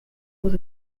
was